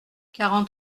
quarante